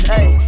Hey